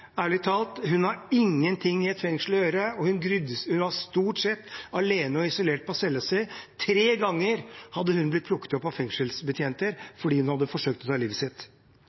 Ærlig talt, hun har ingenting i et fengsel å gjøre. Hun var stort sett alene og isolert på cellen sin. Tre ganger hadde hun blitt plukket opp av fengselsbetjenter fordi hun hadde forsøkt å ta livet sitt.